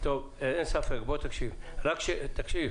תקשיב